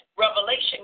Revelation